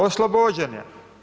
Oslobođen je.